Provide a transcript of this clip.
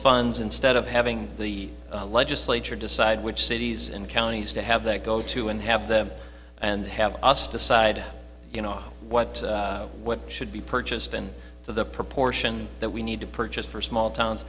funds instead of having the legislature decide which cities and counties to have that go to and have them and have us decide you know what what should be purchased and to the proportion that we need to purchase for small towns